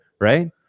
right